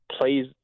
plays